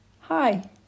hi